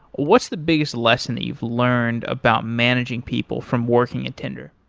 what's the biggest lesson that you've learned about managing people from working at tinder?